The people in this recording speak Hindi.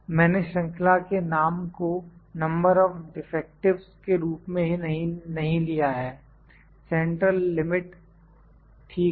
मैंने श्रंखला के नाम को नंबर ऑफ डिफेक्टिवस् के रूप में नहीं लिया है सेंट्रल लिमिट ठीक है